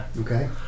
okay